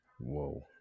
Whoa